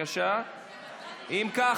אם כך,